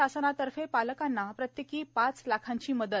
शासनातर्फे पालकांना प्रत्येकी पाच लाखाची मदत